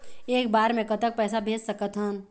एक बार मे कतक पैसा भेज सकत हन?